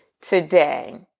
today